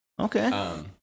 Okay